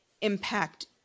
impact